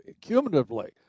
cumulatively